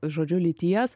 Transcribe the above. žodžiu lyties